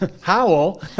Howell